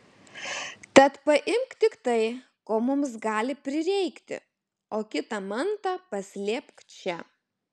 tad paimk tik tai ko mums gali prireikti o kitą mantą paslėpk čia